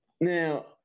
Now